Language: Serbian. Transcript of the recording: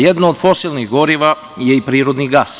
Jedno od fosilnih goriva je i prirodni gas.